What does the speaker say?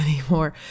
anymore